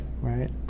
right